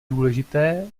důležité